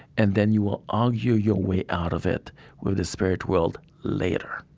and then, you will argue your way out of it with the spirit world later.